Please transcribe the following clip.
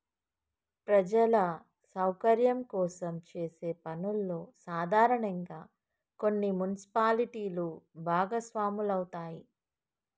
ప్రజల సౌకర్యం కోసం చేసే పనుల్లో సాధారనంగా కొన్ని మున్సిపాలిటీలు భాగస్వాములవుతాయి